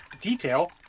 detail